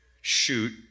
shoot